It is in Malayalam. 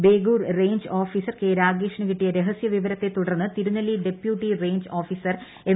ബേഗൂർ റെയിഞ്ച് ഓഫിസർ കെ രാഗേഷിന് കിട്ടിയ രഹസൃവിവരത്തെ തുടർന്ന് Thirunelli deputy range officer M